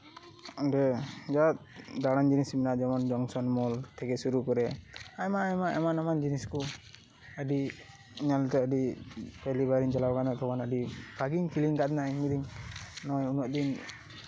ᱚᱸᱰᱮ ᱵᱤᱨᱟᱴ ᱫᱟᱬᱟᱱ ᱡᱤᱱᱤᱥ ᱢᱮᱱᱟᱜᱼᱟ ᱡᱮᱢᱚᱱ ᱡᱚᱝᱥᱚᱱ ᱢᱚᱞ ᱛᱷᱮᱠᱮ ᱥᱩᱨᱩ ᱠᱚᱨᱮ ᱟᱭᱢᱟᱼᱟᱭᱢᱟ ᱮᱢᱟᱱᱼᱮᱢᱟᱱ ᱡᱤᱱᱤᱥ ᱠᱚ ᱟᱹᱰᱤ ᱧᱮᱞᱛᱮ ᱟᱹᱰᱤ ᱯᱮᱦᱞᱤ ᱵᱟᱨᱤᱧ ᱪᱟᱞᱟᱣ ᱟᱠᱟᱱᱟ ᱵᱷᱟᱜᱤᱧ ᱠᱤᱨᱤᱧ ᱟᱠᱟᱫ ᱞᱮᱜᱤ ᱧᱮᱞᱛᱮ ᱢᱚᱜᱼᱚᱭ ᱩᱱᱟᱹᱜ ᱫᱤᱱ